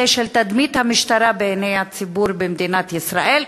של תדמית המשטרה בעיני הציבור במדינת ישראל,